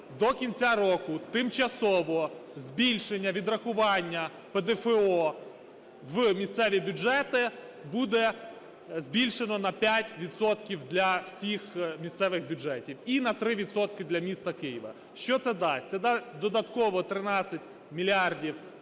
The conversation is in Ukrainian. до кінця року тимчасово, збільшення відрахування ПДФО в місцеві бюджети, буде збільшено на 5 відсотків для всіх місцевих бюджетів і на 3 відсотки для міста Києва. Що це дасть? Це дасть додатково 13 мільярдів гривень